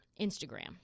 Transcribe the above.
Instagram